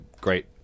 great